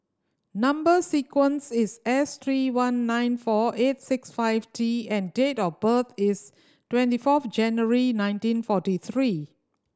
number sequence is S three one nine four eight six five T and date of birth is twenty fourth January nineteen forty three